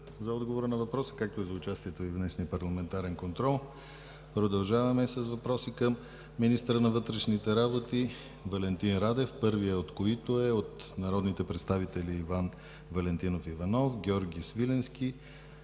за отговора на въпроса, както и за участието в днешния парламентарен контрол. Продължаваме с въпроси към министъра на вътрешните работи Валентин Радев, първият от които е от народните представители Иван Валентинов Иванов, Георги Свиленски,